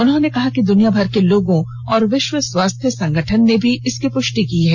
उन्होंने कहा कि दुनियामर के लोगों और विश्व स्वास्थ्य संगठन ने भी इसकी पृष्टि की है